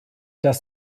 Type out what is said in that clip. das